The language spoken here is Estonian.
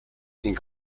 ning